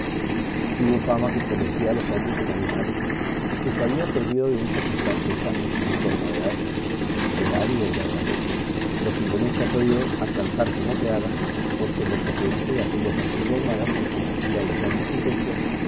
tuvo fama que convertía los hombres en animales y que se había servido de un sacristán seis años en forma de asno real y verdaderamente lo que yo nunca he podido alcanzar cómo se haga porque lo que se dice de aquellas antiguas magas que convertían los hombres en bestias